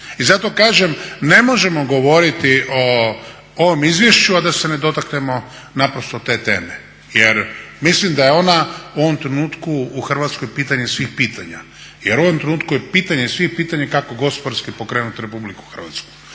I zato kažem ne možemo govoriti o ovom izvješću, a da se ne dotaknemo naprosto te teme. Jer mislim da je ona u ovom trenutku u Hrvatskoj pitanje svih pitanja. Jer u ovom trenutku je pitanje svih pitanja kako gospodarski pokrenuti Republiku Hrvatsku,